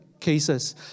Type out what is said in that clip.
cases